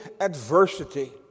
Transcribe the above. adversity